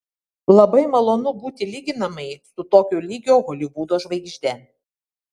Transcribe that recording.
labai malonu būti lyginamai su tokio lygio holivudo žvaigžde